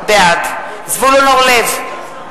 בעד זבולון אורלב,